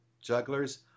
jugglers